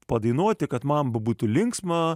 padainuoti kad man būtų linksma